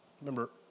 Remember